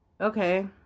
Okay